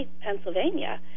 Pennsylvania